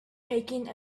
taking